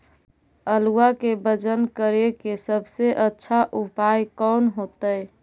आलुआ के वजन करेके सबसे अच्छा उपाय कौन होतई?